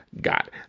got